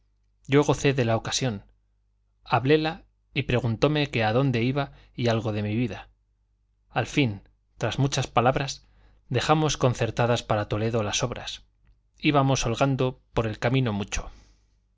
gocé de la ocasión habléla y preguntóme que adónde iba y algo de mi vida al fin tras muchas palabras dejamos concertadas para toledo las obras íbamos holgando por el camino mucho